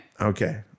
okay